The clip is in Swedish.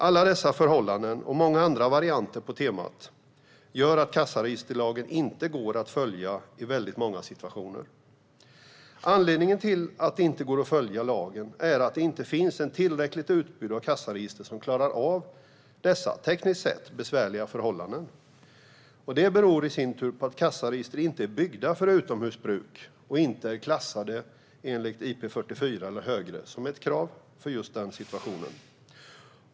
Alla dessa förhållanden och många andra varianter på temat gör att kassaregisterlagen inte går att följa i väldigt många situationer. Anledningen till att det inte går att följa lagen är att det inte finns ett tillräckligt stort utbud av kassaregister som klarar av dessa, tekniskt sett, besvärliga förhållanden. Detta beror i sin tur på att kassaregister inte är byggda för utomhusbruk och inte är klassade enligt IP44 eller högre, som är ett krav för just den situationen.